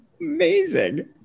Amazing